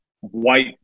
white